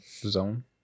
zone